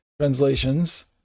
translations